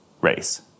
race